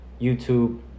YouTube